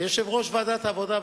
כיושב-ראש ועדת העבודה,